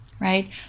Right